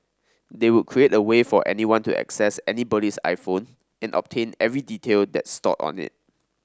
they would create a way for anyone to access anybody's iPhone and obtain every detail that's stored on it